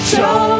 Show